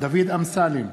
דוד אמסלם,